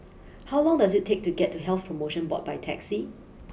how long does it take to get to Health promotion Board by taxi